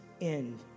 end